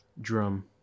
drum